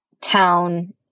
town